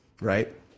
Right